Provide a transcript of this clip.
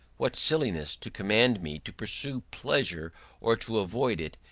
what silliness to command me to pursue pleasure or to avoid it,